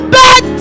back